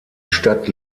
stadt